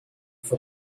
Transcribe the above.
for